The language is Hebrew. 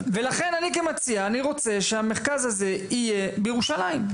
אני כמציע, אני רוצה שהמרכז הזה יהיה בירושלים.